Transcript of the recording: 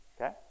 okay